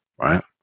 right